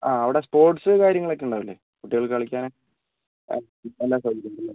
ആ അവിടെ സ്പോർട്സ് കാര്യങ്ങളൊക്കെ ഉണ്ടാവില്ലേ കുട്ടികൾക്ക് കളിക്കാൻ എല്ലാ സൗകര്യങ്ങളും ഉണ്ടല്ലേ